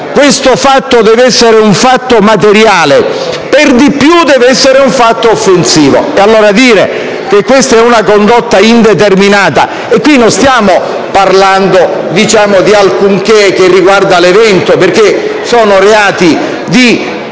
questo fatto deve essere materiale, e che per di più deve essere un fatto offensivo. Allora non si può dire che questa è una condotta indeterminata. Qui non stiamo parlando di alcunché che riguarda l'evento perché sono reati di